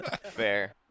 Fair